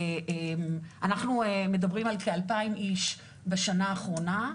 אנחנו מדברים על כאלפיים איש בשנה האחרונה,